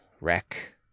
wreck